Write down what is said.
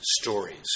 stories